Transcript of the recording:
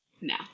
no